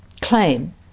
claim